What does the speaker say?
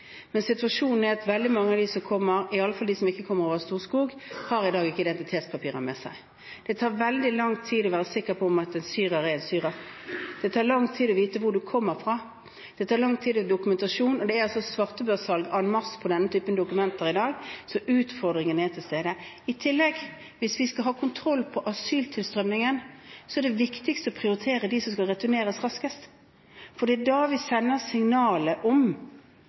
Men situasjonen er at veldig mange av dem som kommer, i alle fall de som ikke kommer over Storskog, i dag ikke har identitetspapirer med seg. Det tar veldig lang tid å bli sikker på at en syrer er en syrer. Det tar lang tid å vise hvor man kommer fra. Det tar lang tid å dokumentere. Og det er svartebørssalg en masse av denne typen dokumenter i dag, så utfordringene er til stede. I tillegg, hvis vi skal ha kontroll på asyltilstrømningen, er det viktigst å prioritere dem som skal returneres, raskest, for det er da vi sender signalet om